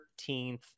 13th